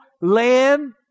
land